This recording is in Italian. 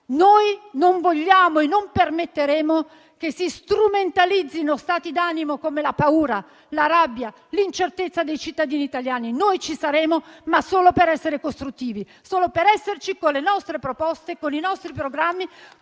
Noi non vogliamo e non permetteremo che si strumentalizzino stati d'animo come la paura, la rabbia e l'incertezza dei cittadini italiani. Noi ci saremo, ma solo per essere costruttivi, solo per esserci con le nostre proposte, con i nostri programmi,